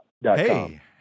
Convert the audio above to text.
Hey